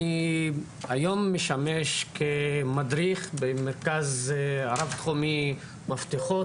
אני היום משמש כמדריך במרכז רב תחומי מפתחות.